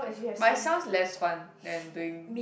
but itself less fun than doing